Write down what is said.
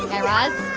guy raz,